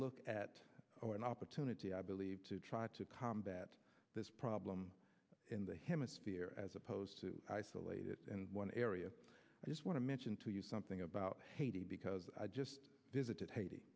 look at an opportunity i believe to try to combat this problem in the hemisphere as opposed to isolated and one area i just want to mention to you something about haiti because i just visited haiti